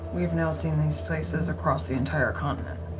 we've now seen these places across the entire continent.